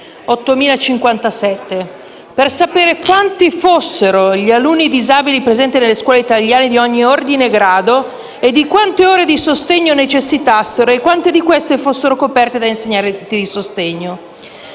per sapere quanti fossero gli alunni disabili presenti nelle scuole italiane di ogni ordine e grado, di quante ore di sostegno necessitassero e quante di queste fossero coperte da insegnanti di sostegno.